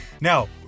Now